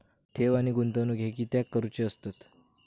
ठेव आणि गुंतवणूक हे कित्याक करुचे असतत?